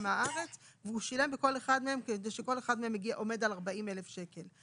מהארץ והוא שילם בכל אחד מהם כדי שכל אחד מהם יעמוד על 40,000 שקל.